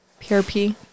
PRP